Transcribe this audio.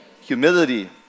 humility